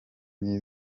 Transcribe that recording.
niyo